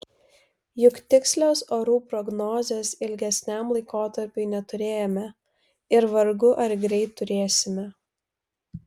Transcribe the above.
juk tikslios orų prognozės ilgesniam laikotarpiui neturėjome ir vargu ar greit turėsime